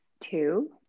two